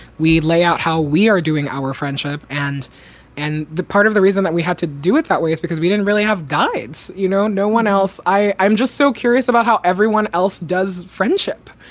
we lay out how we are doing our friendship. and and the part of the reason that we had to do it that way is because we didn't really have guides, you know, no one else. i'm just so curious about how everyone else does friendship,